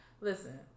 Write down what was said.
Listen